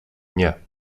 nie